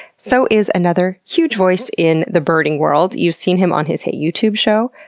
so is another huge voice in the birding world. you've seen him on his hit youtube show,